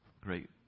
Great